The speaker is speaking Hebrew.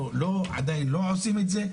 אנחנו עדיין לא עושים את זה.